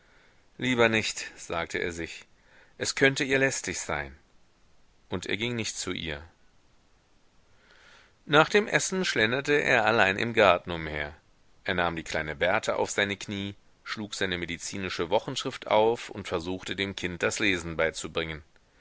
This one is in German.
lieber nicht sagte er sich es könnte ihr lästig sein und er ging nicht zu ihr nach dem essen schlenderte er allein im garten umher er nahm die kleine berta auf seine knie schlug seine medizinische wochenschrift auf und versuchte dem kind das lesen beizubringen